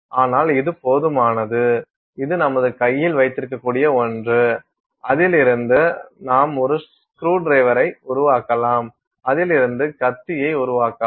ஆனால் இது போதுமானது இது நமது கையில் வைத்திருக்கக்கூடிய ஒன்று அதிலிருந்து நாம் ஒரு ஸ்க்ரூடிரைவரை உருவாக்கலாம் அதிலிருந்து கத்தியை உருவாக்கலாம்